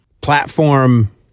platform